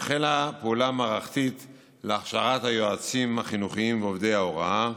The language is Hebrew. החלה פעולה מערכתית להכשרת היועצים החינוכיים ועובדי ההוראה.